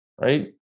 right